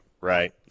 Right